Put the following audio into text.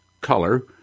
color